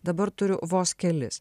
dabar turiu vos kelis